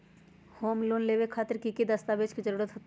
Home loan लेबे खातिर की की दस्तावेज के जरूरत होतई?